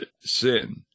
sin